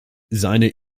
seine